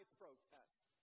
protest